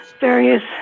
various